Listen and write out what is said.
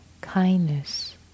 kindness